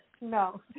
no